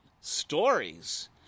stories